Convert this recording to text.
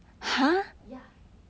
ya